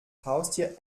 haustier